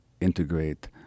integrate